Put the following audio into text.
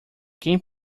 quem